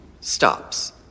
stops